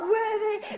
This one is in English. worthy